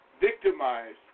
victimized